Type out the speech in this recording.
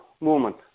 movement